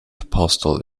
apostle